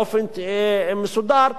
באופן מסודר,